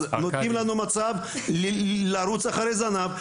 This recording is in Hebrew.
אז נותנים לנו מצב לרוץ אחרי הזנב,